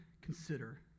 consider